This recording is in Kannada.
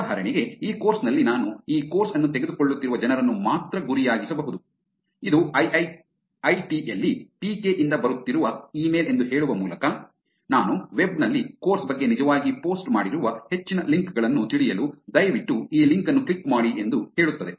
ಉದಾಹರಣೆಗೆ ಈ ಕೋರ್ಸ್ ನಲ್ಲಿ ನಾನು ಈ ಕೋರ್ಸ್ ಅನ್ನು ತೆಗೆದುಕೊಳ್ಳುತ್ತಿರುವ ಜನರನ್ನು ಮಾತ್ರ ಗುರಿಯಾಗಿಸಬಹುದು ಇದು ಐಐಐಟಿ ಯಲ್ಲಿ ಪಿಕೆ ಯಿಂದ ಬರುತ್ತಿರುವ ಇಮೇಲ್ ಎಂದು ಹೇಳುವ ಮೂಲಕ ನಾನು ವೆಬ್ ನಲ್ಲಿ ಕೋರ್ಸ್ ಬಗ್ಗೆ ನಿಜವಾಗಿ ಪೋಸ್ಟ್ ಮಾಡಿರುವ ಹೆಚ್ಚಿನ ಲಿಂಕ್ ಗಳನ್ನು ತಿಳಿಯಲು ದಯವಿಟ್ಟು ಈ ಲಿಂಕ್ ಅನ್ನು ಕ್ಲಿಕ್ ಮಾಡಿ ಎಂದು ಹೇಳುತ್ತದೆ